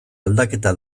aldaketa